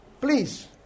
Please